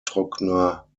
trockener